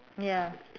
ya